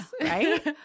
Right